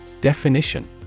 Definition